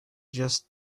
just